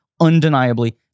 undeniably